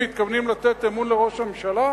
מתכוונים לתת עליה אמון לראש הממשלה?